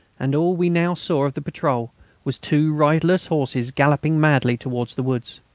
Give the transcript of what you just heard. and all we now saw of the patrol was two riderless horses galloping madly towards the woods.